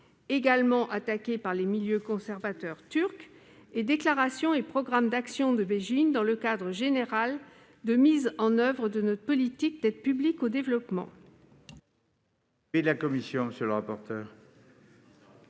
également attaquée par les milieux conservateurs turcs, et la déclaration et le programme d'action de Beijing dans le cadre général de mise en oeuvre de notre politique d'aide publique au développement.